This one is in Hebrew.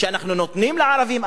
שאנחנו נותנים לערבים,